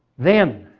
then,